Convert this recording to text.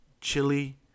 chili